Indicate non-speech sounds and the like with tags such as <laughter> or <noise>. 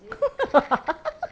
<laughs>